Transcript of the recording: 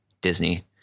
Disney